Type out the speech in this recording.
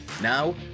Now